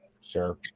Sure